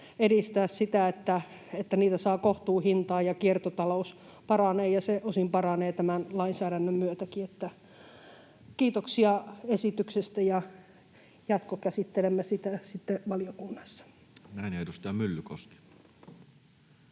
edistää sitä, että niitä saa kohtuuhintaan ja kiertotalous paranee. Se osin paranee tämänkin lainsäädännön myötä, niin että kiitoksia esityksestä. Jatkokäsittelemme sitä sitten valiokunnassa. Näin. — Ja edustaja Myllykoski.